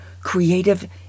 creative